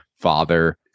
father